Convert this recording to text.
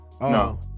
No